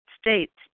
states